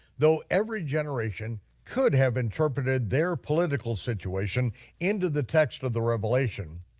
though every generation could have interpreted their political situation into the text of the revelation,